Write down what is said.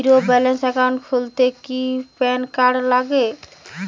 Zero balance account খুলতে কি PAN card লাগে?